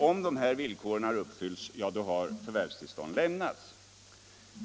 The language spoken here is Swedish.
Om de här villkoren har uppfyllts har förvärvstillstånd lämnats.